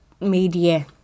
media